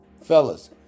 Fellas